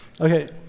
Okay